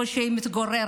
היכן שהיא מתגוררת,